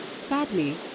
Sadly